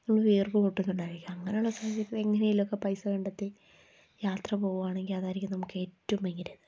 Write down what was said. നമ്മൾ വീർപ്പുമുട്ടുന്നുണ്ടായിരിക്കും അങ്ങനെയുള്ള സമയത്ത് എങ്ങനെയെങ്കിലുമൊക്കെ പൈസ കണ്ടെത്തി യാത്ര പോവുകയാണെങ്കില് അതായിരിക്കും നമുക്കേറ്റവും ഭയങ്കര